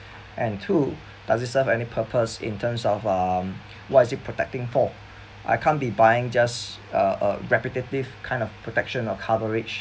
and two does it serve any purpose in terms of um what's it protecting for I can't be buying just a a repetitive kind of protection or coverage